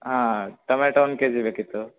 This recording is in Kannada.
ಹಾಂ ಟೊಮ್ಯಾಟೊ ಒಂದು ಕೆಜಿ ಬೇಕಿತ್ತು